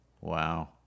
wow